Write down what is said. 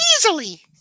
easily